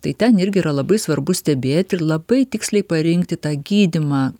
tai ten irgi yra labai svarbu stebėti ir labai tiksliai parinkti tą gydymą